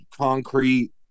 concrete